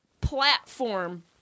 platform